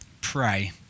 pray